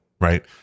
right